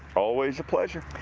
always a pleasure.